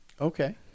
Okay